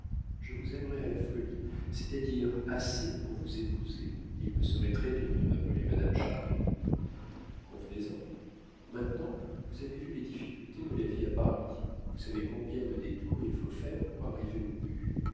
je vous aimerais à la folie c'est-à-dire assez pour vous épouser il me serait très dur de m'appeler madame chardon convenez-en maintenant vous avez vu les difficultés de la vie à paris vous savez combien de détours il faut faire pour arriver au but